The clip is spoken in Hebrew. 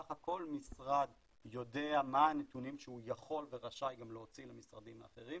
כך כל משרד יודע מה הנתונים שהוא יכול ורשאי גם להוציא למשרדים האחרים,